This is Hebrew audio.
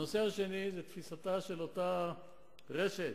הנושא השני, תפיסתה של אותה רשת